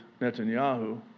Netanyahu